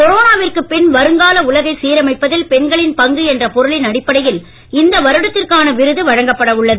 கொரோனாவிற்கு பின் வருங்கால உலகை சீரமைப்பதில் பெண்களின் பங்கு என்ற பொருளின் அடிப்படையில் இந்த வருடத்திற்கான விருது வழங்கப்பட உள்ளது